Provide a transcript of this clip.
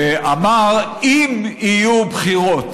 שאמר: אם יהיו בחירות.